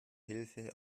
hilfe